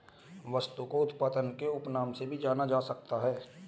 वस्तु को उत्पाद के उपनाम से भी जाना जा सकता है